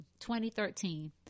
2013